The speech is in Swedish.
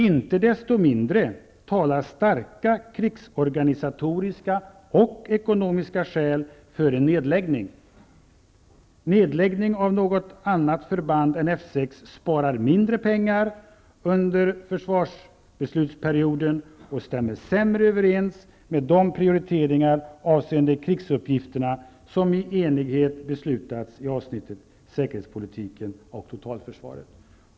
Inte desto mindre talar starka krigsorganisatoriska och ekonomiska skäl för en nedläggning. Nedläggning av något annat förband än F 6 sparar mindre pengar under försvarsbeslutsperioden och stämmer sämre överens med de prioriteringar avseende krigsuppgifterna som i enighet beslutats i avsnittet Säkerhetspolitiken och totalförsvaret.''